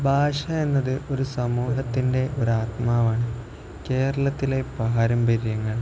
ഭാഷയെന്നത് ഒരു സമൂഹത്തിൻ്റെ ഒരാത്മാവാണ് കേരളത്തിലെ പാരമ്പര്യങ്ങൾ